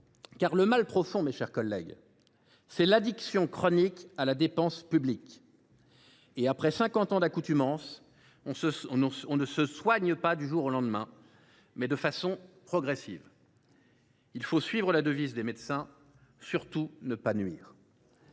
Car le mal profond, mes chers collègues, c’est l’addiction chronique à la dépense publique. Et après cinquante ans d’accoutumance, on se soigne non du jour au lendemain, mais de façon progressive. Suivons la devise des médecins :« D’abord, ne pas nuire.